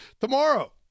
tomorrow